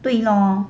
对 lor